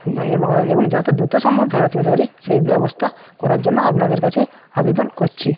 এবং যত দ্রুত সম্ভব ফেরত পেতে পারি সেই ব্যবস্থা করার জন্য আপনাদের কাছে আবেদন করছি